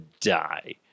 die